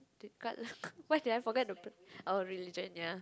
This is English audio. regardless what did I forget to religion ya